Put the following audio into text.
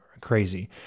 crazy